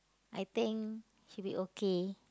I think should be okay